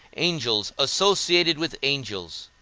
angels associated with angels.